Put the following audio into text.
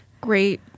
Great